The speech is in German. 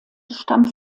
stammt